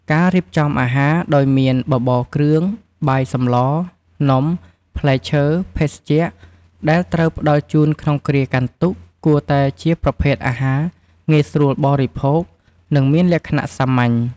ការរៀបចំអាហារ ដោយមាន បបរគ្រឿង បាយសម្ល នំ ផ្លែឈើ ភេសជ្ជៈ ដែលត្រូវផ្តល់ជូនក្នុងគ្រាកាន់ទុក្ខគួរតែជាប្រភេទអាហារ ងាយស្រួលបរិភោគ និងមានលក្ខណៈសាមញ្ញ។